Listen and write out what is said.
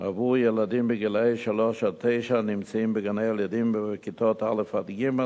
עבור ילדים גילאי שלוש תשע הנמצאים בגני-ילדים ובכיתות א' ג',